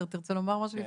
אתה תרצה לומר משהו?